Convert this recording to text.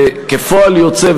וכפועל יוצא,